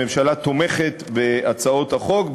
הממשלה תומכת בהצעות החוק,